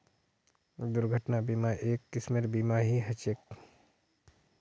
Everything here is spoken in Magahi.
दुर्घटना बीमा, एक किस्मेर बीमा ही ह छे